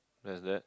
there's that